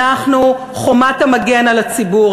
אנחנו חומת המגן על הציבור.